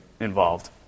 involved